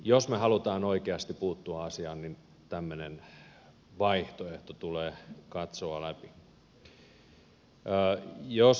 jos me haluamme oikeasti puuttua asiaan niin tämmöinen vaihtoehto tulee katsoa läpi